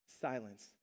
silence